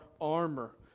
armor